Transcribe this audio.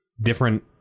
different